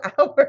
hours